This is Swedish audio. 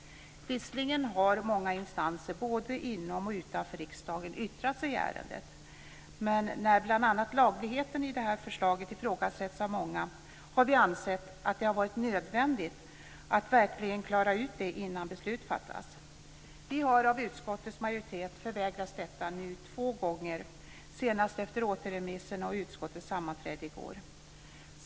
Visserligen har många instanser, både inom och utanför riksdagen, yttrat sig i ärendet, men när bl.a. lagligheten i det här förslaget ifrågasätts av många har vi ansett att det har varit nödvändigt att verkligen klara ut detta innan beslut fattas. Vi har nu av utskottets majoritet förvägrats detta två gånger, senast efter återremissen och utskottets sammanträde i går.